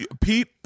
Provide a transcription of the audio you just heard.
Pete